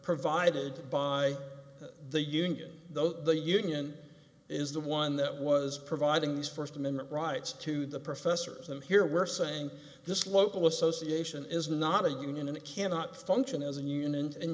provided by the union though the union is the one that was providing the first amendment rights to the professors and here we're saying this local association is not a union and it cannot function as a union in